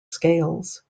scales